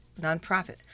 nonprofit